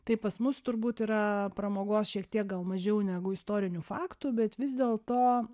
tai pas mus turbūt yra pramogos šiek tiek gal mažiau negu istorinių faktų bet vis dėlto